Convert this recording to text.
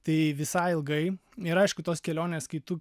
tai visai ilgai ir aišku tos kelionės kai tu